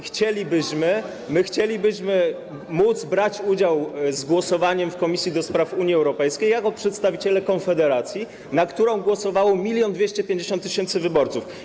Chcielibyśmy móc brać udział w głosowaniu w Komisji do Spraw Unii Europejskiej jako przedstawiciele Konfederacji, na którą głosowało 1250 tys. wyborców.